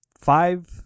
five